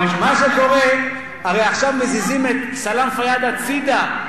מה שקורה, הרי עכשיו מזיזים את סלאם פיאד הצדה.